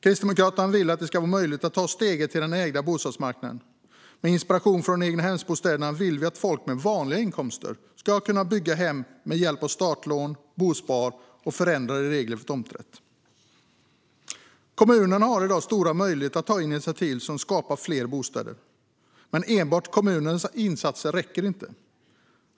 Kristdemokraterna vill att det ska vara möjligt att ta steget till den ägda bostadsmarknaden. Med inspiration från egnahemsbostäderna vill vi att folk med vanliga inkomster ska kunna bygga hem med hjälp av startlån, bosparande och förändrade regler för tomträtter. Kommunerna har i dag stora möjligheter att ta initiativ som skapar fler bostäder. Men enbart kommunernas insatser räcker inte.